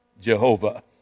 Jehovah